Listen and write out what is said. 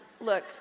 Look